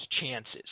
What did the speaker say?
chances